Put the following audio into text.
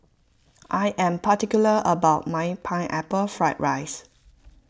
I am particular about my Pineapple Fried Rice